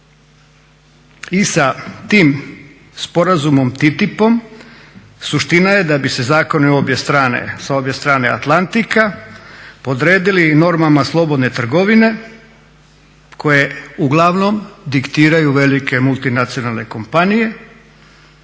I sa tim sporazumom TTIP-om suština je da bi se zakoni sa obje strane Atlantika podredili normama slobodne trgovine koje uglavnom diktiraju velike multinacionalne kompanije